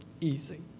easy